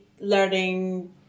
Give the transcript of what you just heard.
learning